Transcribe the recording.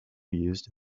used